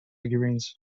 figurines